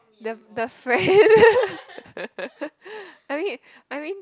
the the friends I mean I mean